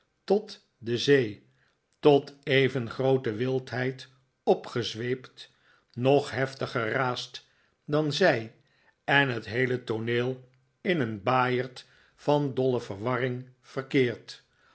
tot de zee tot even groote wildheid opgezweept nog heftiger raast dan zij en net heele tooneel in een baaierd van dolle verwarring verkeert